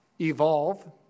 evolve